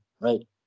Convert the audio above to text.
right